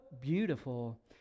beautiful